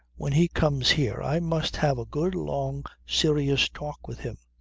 when he comes here i must have a good long serious talk with him,